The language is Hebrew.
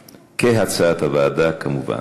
כמובן.